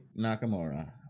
Nakamura